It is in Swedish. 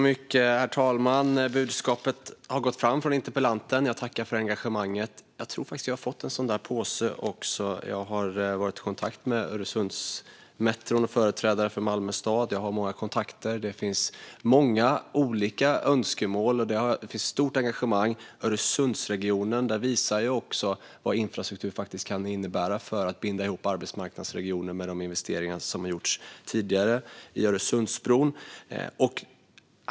Herr talman! Budskapet från interpellanten har gått fram. Jag tackar för engagemanget. Jag tror faktiskt att jag har fått en sådan påse tidigare. Jag har varit i kontakt med företrädare för Öresundsmetron och för Malmö stad och har många kontakter. Det finns många olika önskemål och ett stort engagemang i Öresundsregionen. Det visar på vad infrastruktur kan innebära för att binda ihop arbetsmarknadsregioner och vad de investeringar som har gjorts tidigare, i Öresundsbron, har inneburit.